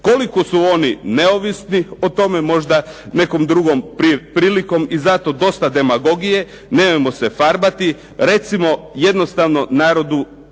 Koliko su oni neovisni o tome možda nekom drugom prilikom. I zato dosta demagogije, nemojmo se farbati. Recimo jednostavno narodu